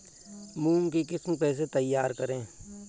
मूंग की किस्म कैसे तैयार करें?